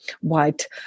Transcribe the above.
white